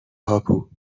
هاپو